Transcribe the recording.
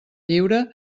lliure